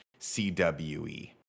CWE